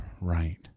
right